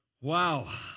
Wow